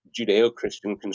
Judeo-Christian